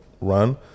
run